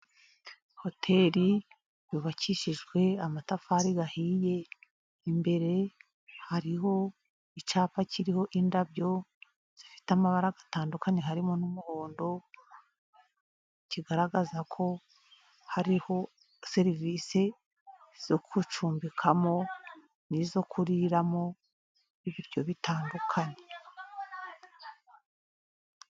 Hoteri yubakishijwe amatafari ahiye, imbere hariho icyapa kiriho indabyo, zifite amabara atandukanye harimo n'umuhondo, kigaragaza ko hariho serivisi zo gucumbikamo, n'izo kuriramo ibiryo bitandukanye.